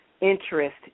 interest